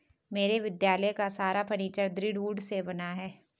मेरे विद्यालय का सारा फर्नीचर दृढ़ वुड से बना है